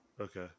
Okay